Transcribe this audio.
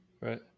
Right